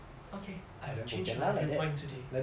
okay I have changed my viewpoint today